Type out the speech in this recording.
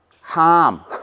Harm